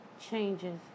changes